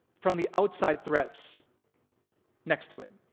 from the outside threats next to it.